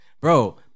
bro